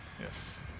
Yes